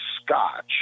Scotch